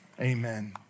amen